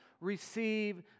receive